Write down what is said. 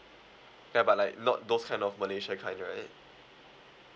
ya but like not those kind of malaysia kind right